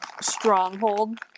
stronghold